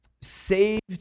saved